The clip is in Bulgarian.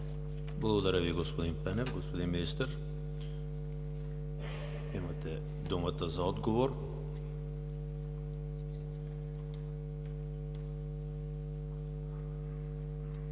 Благодаря Ви, господин Пенев. Господин Министър, имате думата за отговор.